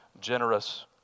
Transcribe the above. generous